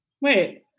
Wait